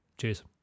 Cheers